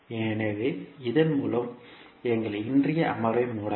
எனவே இதன் மூலம் எங்கள் இன்றைய அமர்வை மூடலாம்